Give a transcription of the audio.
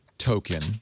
token